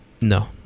No